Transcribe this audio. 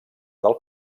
del